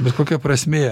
bet kokia prasmė